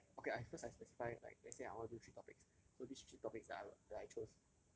for like okay I first I specify like let's say I want do three topics so this three topics that I that I chose